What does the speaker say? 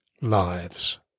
lives